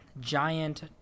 giant